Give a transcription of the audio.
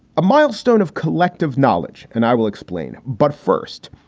a milestone of collective knowledge and i will explain. but first,